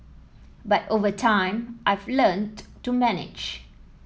but over time I've learnt to manage